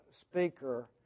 speaker